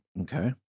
Okay